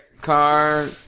car